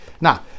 Now